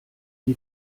die